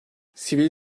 sivil